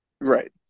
Right